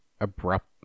abrupt